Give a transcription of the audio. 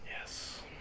Yes